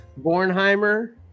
Bornheimer